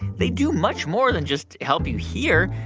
they do much more than just help you hear.